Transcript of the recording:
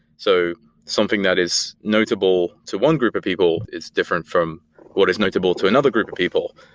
so something that is notable to one group of people is different from what is notable to another group of people.